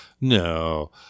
No